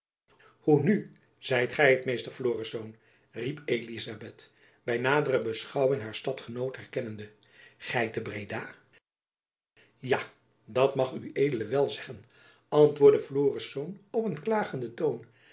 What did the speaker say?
hoe nu zijt gy het meester florisz riep elizabeth by nadere beschouwing haar stadgenoot herkennende gy te breda ja dat mag ued wel zeggen antwoordde florisz op een klagenden toon